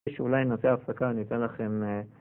שאולי נעשה הפתקה, אני אתן לכם...